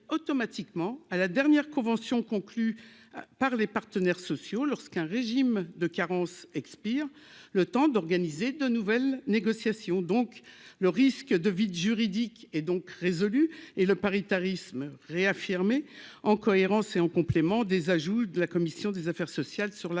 automatiquement à la dernière convention conclue par les partenaires sociaux, lorsqu'un régime de carence expire le temps d'organiser de nouvelles négociations donc. Le risque de vide juridique et donc résolu et le paritarisme réaffirmé en cohérence et en complément des ajouts de la commission des affaires sociales sur